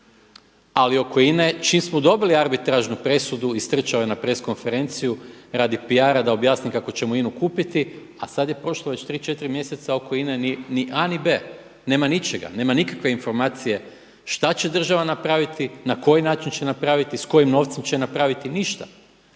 Ali oko INA-e čim smo dobili arbitražnu presudu istrčao je na press konferenciju radi PR-a da objasni kako ćemo INA-u kupiti a sada je prošlo već 3, 4 mjeseca oko INA-e ni A ni B, nema ničega, nema nikakve informacije šta će država napraviti, na koji način će napraviti, s kojim novcem će napraviti, ništa.